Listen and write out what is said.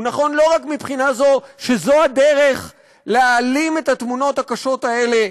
הוא נכון לא רק מבחינה זו שזו הדרך להעלים את התמונות הקשות האלה,